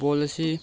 football ꯑꯁꯤ